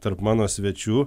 tarp mano svečių